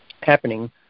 happening